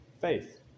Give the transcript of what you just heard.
faith